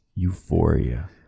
Euphoria